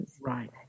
Right